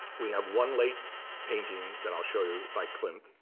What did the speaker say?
we have one late painting that i'll show you by klimt,